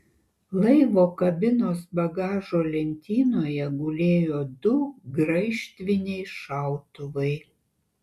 laivo kabinos bagažo lentynoje gulėjo du graižtviniai šautuvai